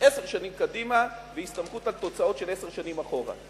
עשר שנים קדימה בהסתמכות על תוצאות של עשר שנים אחורה.